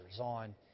on